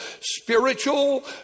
spiritual